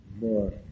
more